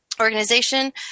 organization